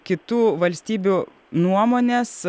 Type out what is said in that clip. kitų valstybių nuomones